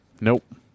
Nope